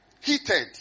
heated